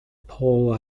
paul